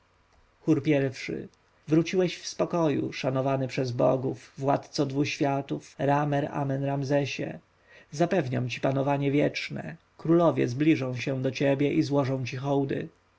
chór i wróciłeś w spokoju szanowany przez bogów władco dwu światów ra-mer-amen-ramzesie zapewniam ci panowanie wieczne królowie zbliżą się do ciebie i złożą ci hołdy